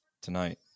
Tonight